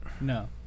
No